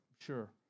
sure